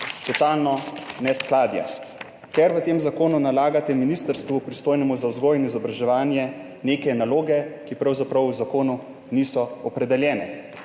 totalno neskladje, ker v tem zakonu nalagate ministrstvu, pristojnemu za vzgojo in izobraževanje, neke naloge, ki pravzaprav v zakonu niso opredeljene.